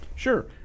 Sure